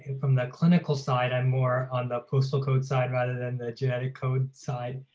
and from the clinical side, i'm more on the postal code side rather than the genetic code side.